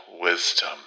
wisdom